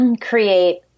create